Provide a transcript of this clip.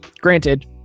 granted